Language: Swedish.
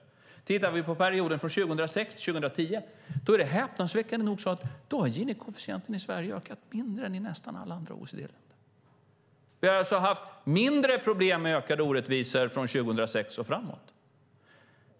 Om vi tittar på perioden 2006-2010 har häpnadsväckande nog Gini-koefficienten ökat mindre än i nästan alla andra OECD-länder. Vi har haft mindre problem med ökade orättvisor från 2006 och framåt.